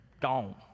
Gone